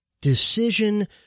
decision